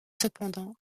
cependant